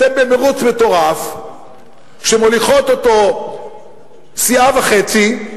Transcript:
אתם במירוץ מטורף שמוליכות אותו סיעה וחצי,